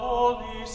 Holy